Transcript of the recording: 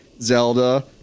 Zelda